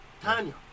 Tanya